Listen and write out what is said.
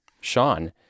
Sean